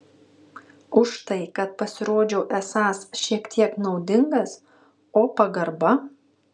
už tai kad pasirodžiau esąs šiek tiek naudingas o pagarba